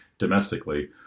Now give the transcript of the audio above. domestically